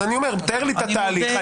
תאר לי את התהליך.